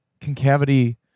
concavity